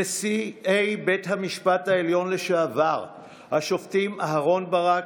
נשיאי בית המשפט העליון לשעבר השופטים אהרן ברק,